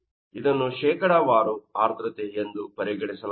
ಇದನ್ನು ಶೇಕಡವಾರು ಆರ್ದ್ರತೆ ಎಂದು ಪರಿಗಣಿಸಲಾಗಿದೆ